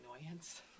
annoyance